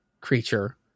creature